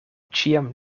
ĉiam